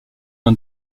aux